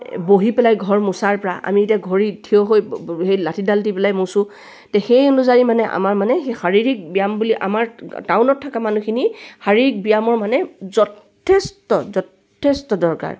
বহি পেলাই ঘৰ মোচাৰপৰা আমি এতিয়া ঘৰিত থিয় হৈ সেই লাঠিডাল দি পেলাই মুচোঁ তো সেই অনুযায়ী মানে আমাৰ মানে সেই শাৰীৰিক ব্যায়াম বুলি আমাৰ টাউনত থকা মানুহখিনি শাৰীৰিক ব্যায়ামৰ মানে যথেষ্ট যথেষ্ট দৰকাৰ